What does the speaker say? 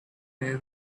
way